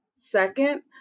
Second